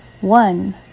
One